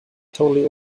totally